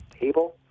Table